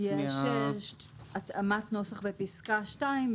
יש התאמת נוסח בפסקה (2),